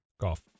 golf